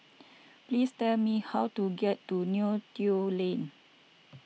please tell me how to get to Neo Tiew Lane